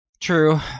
True